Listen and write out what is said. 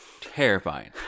terrifying